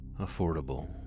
Affordable